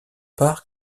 parc